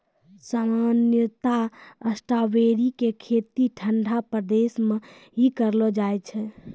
सामान्यतया स्ट्राबेरी के खेती ठंडा प्रदेश मॅ ही करलो जाय छै